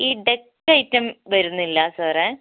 ഈ ducks item വരുന്നില്ലേ സാറേ